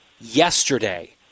yesterday